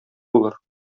булыр